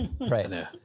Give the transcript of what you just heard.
right